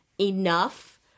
enough